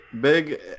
big